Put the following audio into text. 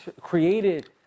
created